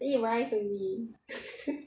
I eat rice only